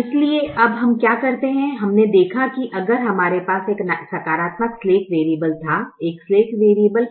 इसलिए अब हम क्या करते हैं हमने देखा कि अगर हमारे पास एक सकारात्मक स्लैक वेरीयबल था एक स्लैक वेरीयबल